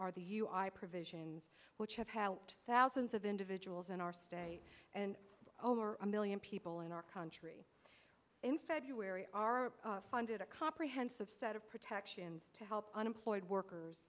our the you i provision which have helped thousands of individuals in our state and over a million people in our country in february are funded a comprehensive set of protections to help unemployed workers